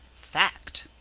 fact!